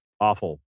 awful